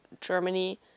Germany